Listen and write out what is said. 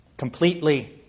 completely